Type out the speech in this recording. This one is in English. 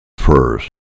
first